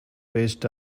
based